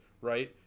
right